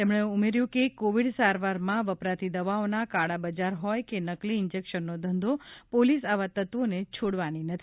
તેમણે ઉમેર્યું કે કોવિડ સારવારમાં વપરાતી દવાઓના કાળા બજાર હોય કે નકલી ઈજેકશનનો ધંધો પોલીસ આવા તત્વોને છોડવાની નથી